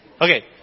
Okay